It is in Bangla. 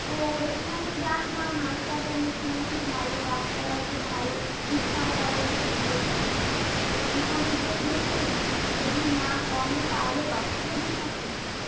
তো ওইখানে যান না হাসপাতালে শুনেছি ভালো ডাক্তার আছে ভালো চিকিৎসাও করে রুগীদেরকে ওইখানে গিয়ে দেখুন যদি না কমে তাহলে রক্ত পরীক্ষা করবেন